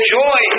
joy